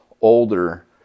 older